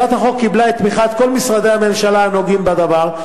הצעת החוק קיבלה את תמיכת כל משרדי הממשלה הנוגעים בדבר,